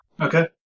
Okay